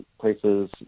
places